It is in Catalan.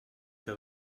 que